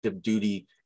duty